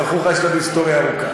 כזכור לך, יש לנו היסטוריה ארוכה.